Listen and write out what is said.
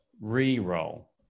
re-roll